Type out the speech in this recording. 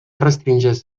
restringeix